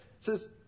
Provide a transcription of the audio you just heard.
says